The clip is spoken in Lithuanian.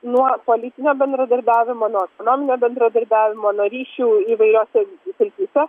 nuo politinio bendradarbiavimo nuo ekonominio bendradarbiavimo nuo ryšių įvairiose srityse